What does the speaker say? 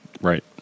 right